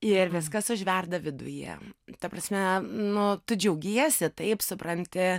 ir viskas užverda viduje ta prasme nu tu džiaugiesi taip supranti